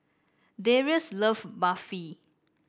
Darrius love Barfi